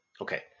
Okay